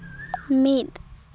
ᱢᱤᱫ